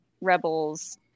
Rebels